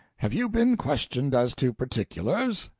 have you been questioned as to particulars?